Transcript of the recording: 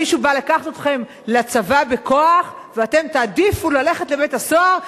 מישהו בא לקחת אתכם לצבא בכוח ואתם תעדיפו ללכת לבית-הסוהר?